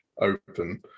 open